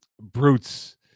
Brutes